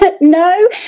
No